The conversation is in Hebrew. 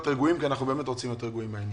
רגועים כי אנחנו באמת רוצים להיות רגועים בעניין.